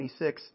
26